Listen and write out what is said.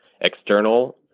external